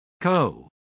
Co